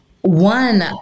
one